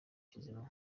kizima